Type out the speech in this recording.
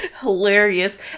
hilarious